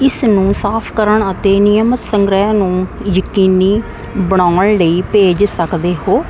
ਇਸ ਨੂੰ ਸਾਫ਼ ਕਰਨ ਅਤੇ ਨਿਯਮਿਤ ਸੰਗ੍ਰਹਿ ਨੂੰ ਯਕੀਨੀ ਬਣਾਉਣ ਲਈ ਭੇਜ ਸਕਦੇ ਹੋ